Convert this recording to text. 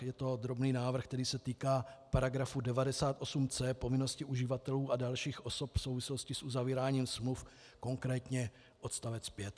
Je to obdobný návrh, který se týká § 98c, povinnosti uživatelů a dalších osob v souvislosti s uzavíráním smluv, konkrétně odstavec 5.